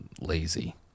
lazy